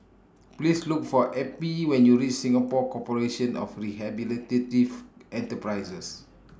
Please Look For Eppie when YOU REACH Singapore Corporation of Rehabilitative Enterprises